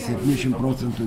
septyniasdešimt procentų